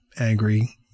angry